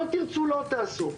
לא תרצו לא תעשו.